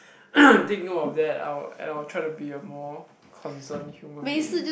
take note of I will and I will try to be a more concern human being